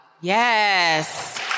Yes